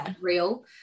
real